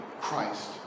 Christ